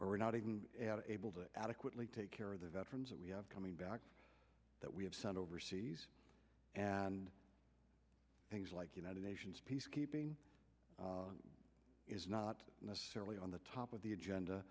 we're not even able to adequately take care of the veterans that we have coming back that we have sent overseas and things like united nations peacekeeping is not necessarily on the top of the agenda